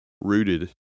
rooted